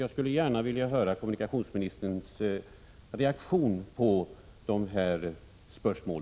Jag skulle gärna vilja höra kommunikationsministerns reaktion på dessa spörsmål.